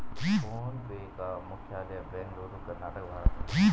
phone पे का मुख्यालय बेंगलुरु, कर्नाटक, भारत में है